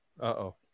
uh-oh